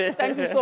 ah thank you, so